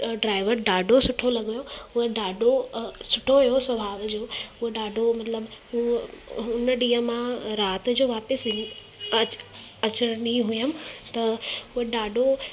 driver ॾाढो सुठो लॻो उहो ॾाढो सुठो हुओ सुभाउ जो हू ॾाढो मतिलबु उहो हुन ॾींहुं मां राति जो वापसि अच अचणी हुअमि त उहो ॾाढो